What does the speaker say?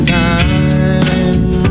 time